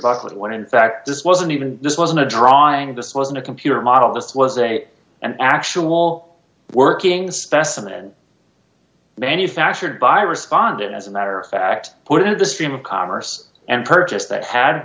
bucket when in fact this wasn't even this wasn't a drawing this wasn't a computer model this was a an actual working specimen manufactured by responded as a matter of fact put in the stream of commerce and purchased that had